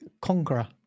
Conqueror